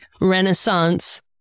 Renaissance